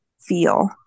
feel